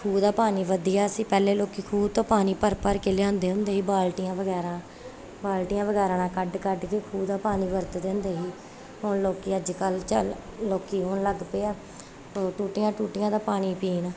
ਖੂਹ ਦਾ ਪਾਣੀ ਵਧੀਆ ਸੀ ਪਹਿਲੇ ਲੋਕੀ ਖੂਹ ਤੋਂ ਪਾਣੀ ਭਰ ਭਰ ਕੇ ਲਿਆਂਦੇ ਹੁੰਦੇ ਸੀ ਬਾਲਟੀਆਂ ਵਗੈਰਾ ਬਾਲਟੀਆਂ ਵਗੈਰਾ ਨਾਲ ਕੱਢ ਕੱਢ ਕੇ ਖੂਹ ਦਾ ਪਾਣੀ ਵਰਤਦੇ ਹੁੰਦੇ ਸੀ ਹੁਣ ਲੋਕੀ ਅੱਜ ਕੱਲ੍ਹ ਚੱਲ ਲੋਕੀ ਹੁਣ ਲੱਗ ਪਏ ਆ ਟੂਟੀਆਂ ਟੂਟੀਆਂ ਦਾ ਪਾਣੀ ਪੀਣ